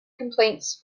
complaints